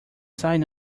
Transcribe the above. sign